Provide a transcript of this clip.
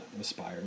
aspire